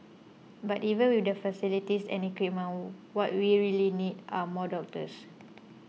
but even with the facilities and equipment what we really need are more doctors